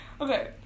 Okay